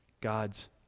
God's